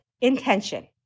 intention